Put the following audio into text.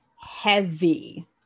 heavy